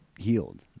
Healed